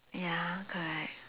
ya correct